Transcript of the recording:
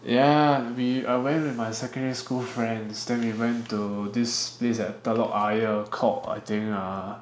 ya we I went with my secondary school friends then we went to this place at Telok Ayer called I think err